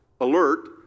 alert